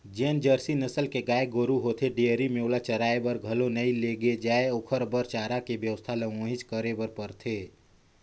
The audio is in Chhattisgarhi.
जेन जरसी नसल के गाय गोरु होथे डेयरी में ओला चराये बर घलो नइ लेगे जाय ओखर बर चारा के बेवस्था ल उहेंच करे बर परथे